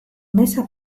meza